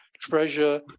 treasure